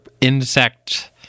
insect